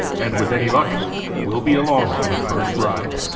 and with any luck we'll be along for the first ride